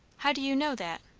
how do you know that?